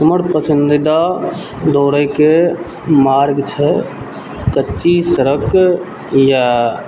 हमर पसन्दीदा दौड़यके मार्ग छै कच्ची सड़क या